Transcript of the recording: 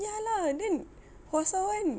ya lah then hwa sa [one]